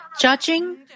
Judging